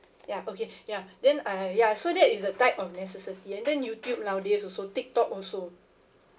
ya okay ya then I ya so that is a type of necessity and then youtube nowadays also tiktok also